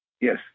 Yes